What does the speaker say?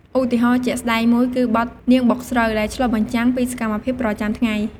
ឧទាហរណ៍ជាក់ស្ដែងមួយគឺ "បទនាងបុកស្រូវ" ដែលឆ្លុះបញ្ចាំងពីសកម្មភាពប្រចាំថ្ងៃ។